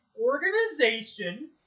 organization